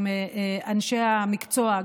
עם אנשי המקצוע,